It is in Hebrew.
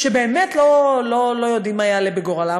שבאמת לא יודעים מה יעלה בגורלם,